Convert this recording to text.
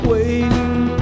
Waiting